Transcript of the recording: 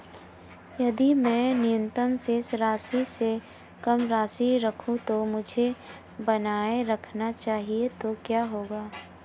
यदि मैं न्यूनतम शेष राशि से कम राशि रखूं जो मुझे बनाए रखना चाहिए तो क्या होगा?